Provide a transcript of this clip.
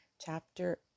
chapter